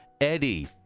Eddie